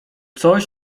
coś